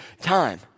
time